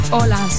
Hola